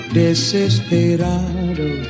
desesperado